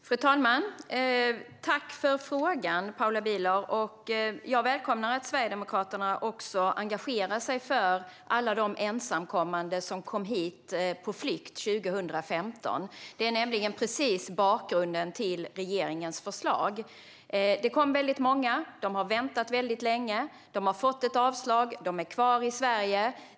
Fru talman! Tack för frågan, Paula Bieler! Jag välkomnar att Sverigedemokraterna också engagerar sig för alla de ensamkommande som kom hit 2015 när de var på flykt. Bakgrunden till regeringens förslag är att det kom väldigt många. De har väntat väldigt länge. De har fått avslag. Och de är kvar i Sverige.